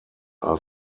are